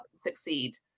succeed